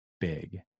big